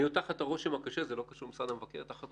אני עוד תחת הרושם הקשה זה לא קשור למשרד המבקר של